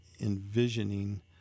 envisioning